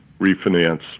refinance